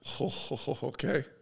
Okay